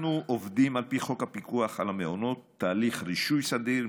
אנחנו עובדים על פי חוק הפיקוח על המעונות: תהליך רישוי סדיר,